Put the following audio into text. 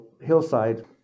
hillside